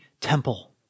temple